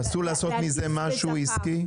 אסור לעשות מזה משהו עסקי?